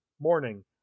morning